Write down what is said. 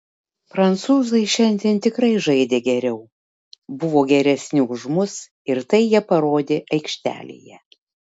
prancūzai šiandien tikrai žaidė geriau buvo geresni už mus ir tai jie parodė aikštelėje